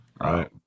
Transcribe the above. right